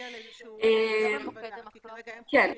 כן.